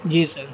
جی سر